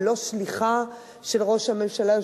ולא שליחה של ראש הממשלה.